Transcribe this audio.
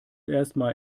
erstmal